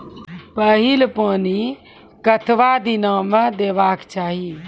पहिल पानि कतबा दिनो म देबाक चाही?